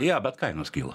jo bet kainos kyla